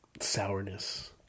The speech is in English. sourness